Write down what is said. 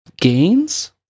Gains